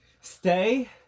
Stay